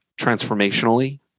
transformationally